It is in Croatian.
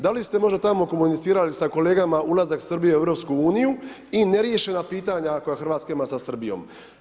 Da li ste možda tamo komunicirali sa kolegama ulazak Srbije u EU i neriješena pitanja koja RH ima sa Srbijom?